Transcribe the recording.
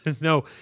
No